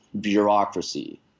bureaucracy